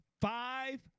Five